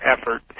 effort